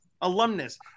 Alumnus